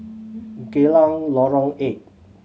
Geylang Lorong Eight